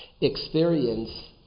experience